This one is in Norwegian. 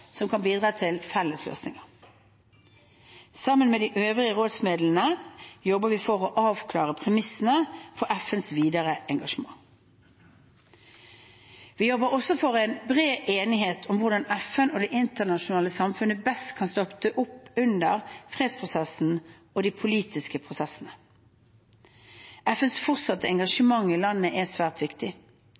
som kan bidra til felles løsninger. Sammen med de øvrige rådsmedlemmene jobber vi for å avklare premissene for FNs videre engasjement. Vi jobber også for en bred enighet om hvordan FN og det internasjonale samfunnet best kan støtte opp under fredsprosessen og de politiske prosessene. FNs fortsatte engasjement i landet er svært viktig.